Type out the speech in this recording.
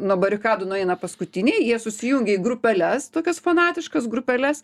nuo barikadų nueina paskutiniai jie susijungia į grupeles tokias fanatiškas grupeles